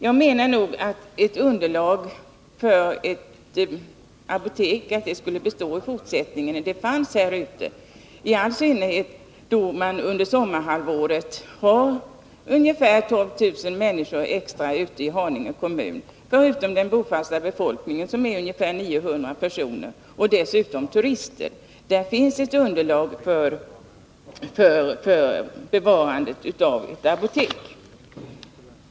Jag menar att underlaget för ett apotek ute i Dalarö skulle bestå i fortsättningen, i all synnerhet då man under sommarhalvåret har ungefär 12 000 människor extra i Haninge kommun förutom den bofasta befolkningen som uppgår till ungefär 900 personer. Dessutom tillkommer turister. Där finns ett underlag för bevarande av apoteket.